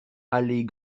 allée